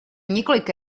několik